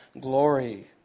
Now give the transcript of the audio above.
glory